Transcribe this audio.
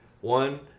one